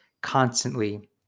constantly